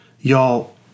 Y'all